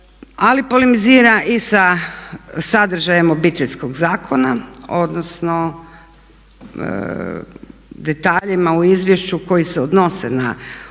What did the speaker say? ali polemizira i sa sadržajem Obiteljskog zakona odnosno detaljima u izvješću koji se odnose na Obiteljski